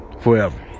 forever